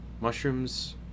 mushrooms